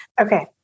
Okay